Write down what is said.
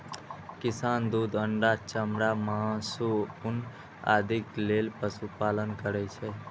किसान दूध, अंडा, चमड़ा, मासु, ऊन आदिक लेल पशुपालन करै छै